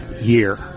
year